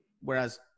whereas